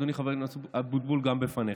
חבר הכנסת אבוטבול, גם בפניך.